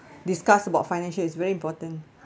discuss about financial is very important